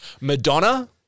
Madonna